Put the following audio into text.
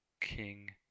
king